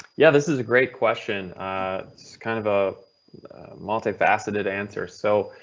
yeah, this is a great question. it's kind of a multi faceted answer. so